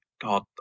God